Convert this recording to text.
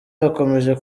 bakomeje